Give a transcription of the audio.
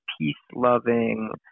peace-loving